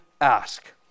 ask